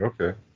okay